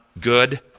Good